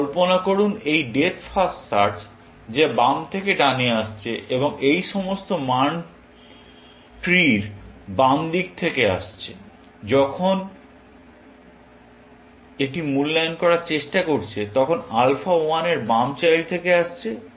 শুধু কল্পনা করুন এই ডেপ্থ ফার্স্ট সার্চ যা বাম থেকে ডানে আসছে এবং এই সমস্ত মান ট্রির বাম দিক থেকে আসছে যখন এটি মূল্যায়ন করার চেষ্টা করছে তখন আলফা 1 এর বাম চাইল্ড থেকে আসছে